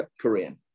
Korean